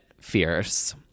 fierce